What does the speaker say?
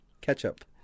Ketchup